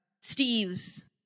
Steve's